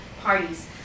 parties